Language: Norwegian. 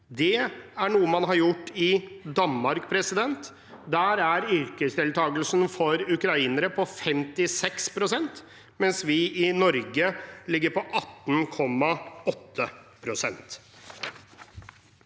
Det er noe man har gjort i Danmark. Der er yrkesdeltakelsen for ukrainere på 56 pst., mens vi i Norge ligger på 18,8 pst.